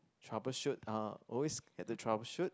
troubleshoot uh always get to troubleshoot